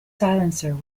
silencer